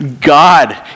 God